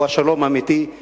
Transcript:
הוא השלום האמיתי.